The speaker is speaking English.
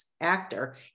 actor